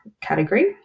category